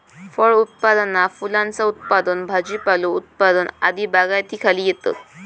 फळ उत्पादना फुलांचा उत्पादन भाजीपालो उत्पादन आदी बागायतीखाली येतत